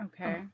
Okay